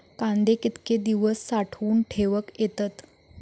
कांदे कितके दिवस साठऊन ठेवक येतत?